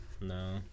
No